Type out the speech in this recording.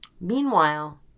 Meanwhile